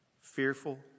fearful